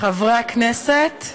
חברי הכנסת,